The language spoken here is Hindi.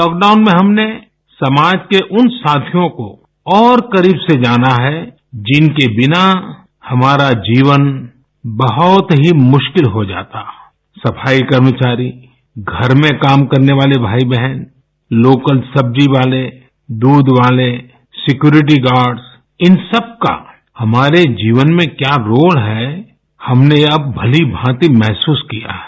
लॉकडाउन में हमने समाज के उन साथियों को और करीब से जाना है जिनके बिना हमारा जीवन बहुत ही मुश्किल हो जाता सफाई कर्मचारी घर में काम करने वाले भाई बहन लोकल सब्जी वाले दूध वाले सिक्योरिटी गार्ड्स इन सबका हमारे जीवन में क्या रोल है हमने अब भली भांति महसूस किया है